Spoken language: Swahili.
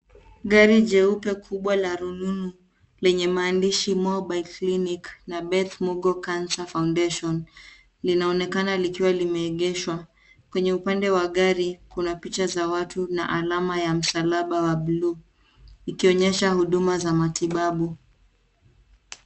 Gari jeupe kubwa la rununu lenye maandishi Mobile Clinic na Beth Mugo Cancer Foundation linaonekana likiwa limeegeshwa. Kwenye upande wa gari kuna picha za watu na alama ya msalaba wa bluu ikionyesha huduma za matibabu.